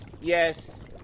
Yes